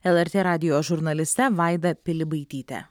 lrt radijo žurnaliste vaida pilibaityte